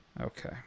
okay